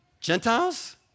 Gentiles